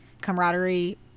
camaraderie